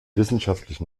wissenschaftlich